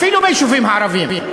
אפילו ביישובים הערביים.